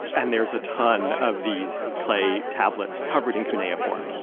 and there's a ton of these clay tablets covered in cuneiform.